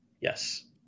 yes